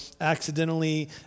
accidentally